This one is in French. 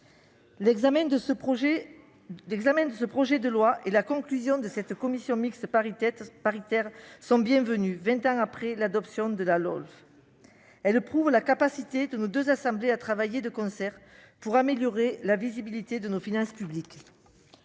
de finances pour 2022. L'issue conclusive de ces commissions mixtes paritaires est bienvenue, vingt ans après l'adoption de la LOLF. Elle prouve la capacité de nos deux assemblées à travailler de concert pour améliorer la visibilité de nos finances publiques.